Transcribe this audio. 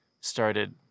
started